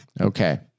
Okay